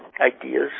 ideas